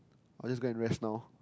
I'll just go and rest now